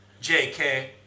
JK